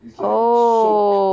it's like it's soaked